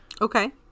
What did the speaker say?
Okay